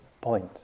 point